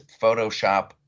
Photoshop